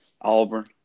Auburn